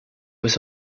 was